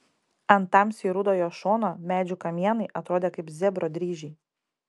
ant tamsiai rudo jo šono medžių kamienai atrodė kaip zebro dryžiai